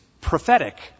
prophetic